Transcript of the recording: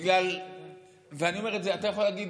אתה יכול להגיד,